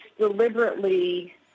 deliberately